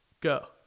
Go